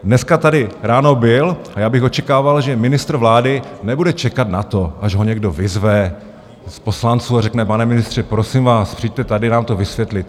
Dneska tady ráno byl a já bych očekával, že ministr vlády nebude čekat na to, až ho někdo vyzve z poslanců a řekne: Pane ministře, prosím vás, přijďte tady nám to vysvětlit.